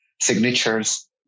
signatures